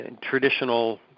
Traditional